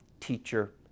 teacher